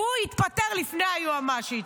הוא יתפטר לפני היועמ"שית.